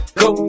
go